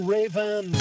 Raven